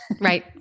Right